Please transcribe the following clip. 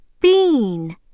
bean